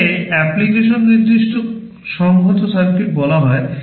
এগুলিকে অ্যাপ্লিকেশন নির্দিষ্ট সংহত সার্কিট বলা হয়